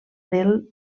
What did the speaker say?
del